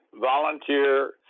volunteer